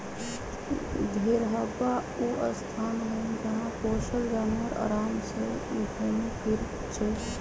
घेरहबा ऊ स्थान हई जहा पोशल जानवर अराम से घुम फिरइ छइ